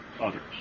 others